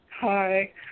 hi